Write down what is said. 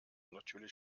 natürlich